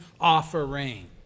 offering